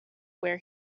where